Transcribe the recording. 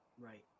right